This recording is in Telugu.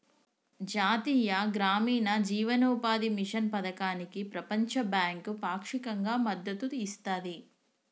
జాతీయ గ్రామీణ జీవనోపాధి మిషన్ పథకానికి ప్రపంచ బ్యాంకు పాక్షికంగా మద్దతు ఇస్తది